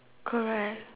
correct